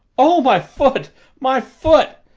oh, my foot my foot!